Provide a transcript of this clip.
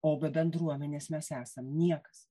o be bendruomenės mes esam niekas